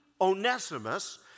Onesimus